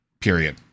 period